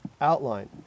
outline